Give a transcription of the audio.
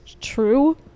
true